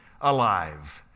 alive